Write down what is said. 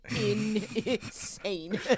insane